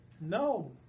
No